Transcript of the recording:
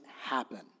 happen